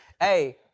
hey